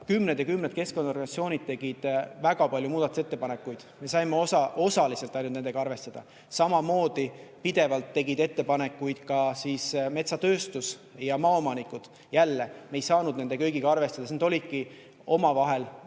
kümned ja kümned keskkonnaorganisatsioonid tegid väga palju muudatusettepanekuid. Me saime osaliselt ainult nendega arvestada. Samamoodi pidevalt tegid ettepanekuid metsatööstus ja maaomanikud. Jälle, me ei saanud nende kõigiga arvestada, sest need olidki omavahel